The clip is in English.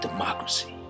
Democracy